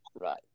right